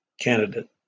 candidate